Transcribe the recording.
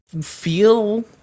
feel